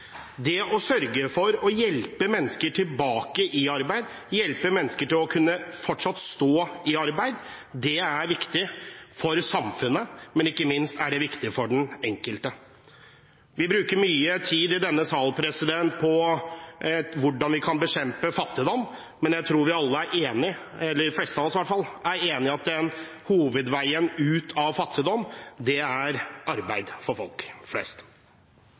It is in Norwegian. Det å hjelpe mennesker til fortsatt å kunne stå i arbeid er viktig for samfunnet, men ikke minst er det viktig for den enkelte. Vi bruker mye tid i denne sal på hvordan vi kan bekjempe fattigdom. Jeg tror vi alle – de fleste av oss i alle fall – er enige om at hovedveien ut av fattigdom er arbeid for folk flest.